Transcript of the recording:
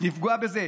לפגוע בזה?